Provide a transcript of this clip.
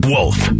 Wolf